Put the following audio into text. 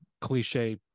cliche